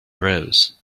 rose